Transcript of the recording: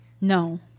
No